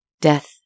Death